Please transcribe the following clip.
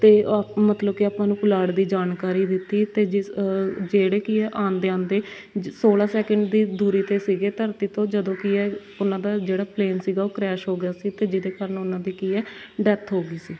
ਅਤੇ ਮਤਲਬ ਕਿ ਆਪਾਂ ਨੂੰ ਪੁਲਾੜ ਦੀ ਜਾਣਕਾਰੀ ਦਿੱਤੀ ਅਤੇ ਜਿਸ ਜਿਹੜੇ ਕੀ ਆ ਆਉਂਦੇ ਆਉਂਦੇ ਸੋਲ੍ਹਾਂ ਸੈਕਿੰਡ ਦੀ ਦੂਰੀ 'ਤੇ ਸੀਗੇ ਧਰਤੀ ਤੋਂ ਜਦੋਂ ਕੀ ਹੈ ਉਹਨਾਂ ਦਾ ਜਿਹੜਾ ਪਲੇਨ ਸੀਗਾ ਉਹ ਕਰੈਸ਼ ਹੋ ਗਿਆ ਸੀ ਅਤੇ ਜਿਹਦੇ ਕਰਨ ਉਹਨਾਂ ਦੀ ਕੀ ਹੈ ਡੈੱਥ ਹੋ ਗਈ ਸੀ